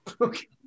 Okay